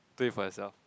do it for yourself